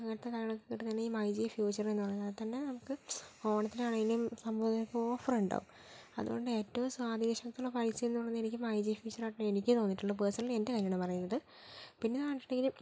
അങ്ങനത്തെ കാര്യങ്ങളൊക്കെ കിട്ടുന്നതാണ് ഈ മൈജി ഫ്യൂച്ചർ എന്നു പറയുന്നത് അതിൽ തന്നെ നമുക്ക് ഓണത്തിന് ആണെങ്കിലും നമുക്ക് സംഭവം ഓഫർ ഉണ്ടാകും അതുകൊണ്ട് ഏറ്റവും സ്വാധീനശക്തിയുള്ള പരസ്യം എന്ന് പറഞ്ഞാ എനിക്ക് മൈ ജി ഫ്യൂച്ചർ ആണ് എനിക്ക് തോന്നിയിട്ടുള്ളത് പേഴ്സണലി എൻ്റെ കാര്യമാണ് പറയുന്നത് പിന്നെന്ന് പറഞ്ഞിട്ടുണ്ടെങ്കിൽ